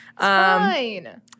Fine